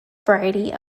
variety